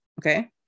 okay